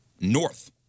north